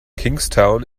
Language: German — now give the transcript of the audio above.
kingstown